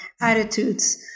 attitudes